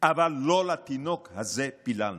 אבל לא לתינוק הזה פיללנו.